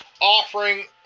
offering